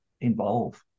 involve